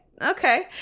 Okay